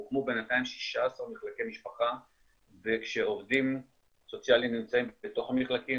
הוקמו בינתיים 16 מחלקי משפחה כשעובדים סוציאליים נמצאים בתוך המחלקים.